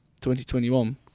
2021